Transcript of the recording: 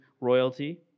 royalty